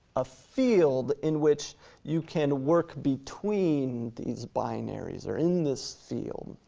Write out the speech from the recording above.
a field in which you can work between these binaries or in this field,